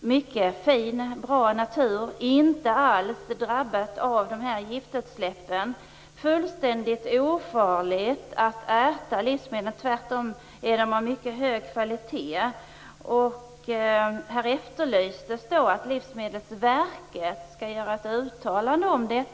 mycket fin och bra natur som inte alls är drabbad av dessa giftutsläpp. Det är fullständigt ofarligt att äta livsmedel därifrån. De är tvärtom av mycket hög kvalitet. Här efterlystes att Livsmedelsverket skall göra ett uttalande om detta.